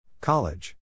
College